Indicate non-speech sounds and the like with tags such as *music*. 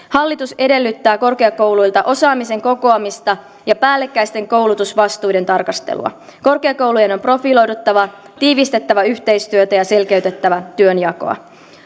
*unintelligible* hallitus edellyttää korkeakouluilta osaamisen kokoamista ja päällekkäisten koulutusvastuiden tarkastelua korkeakoulujen on profiloiduttava tiivistettävä yhteistyötä ja selkeytettävä työnjakoa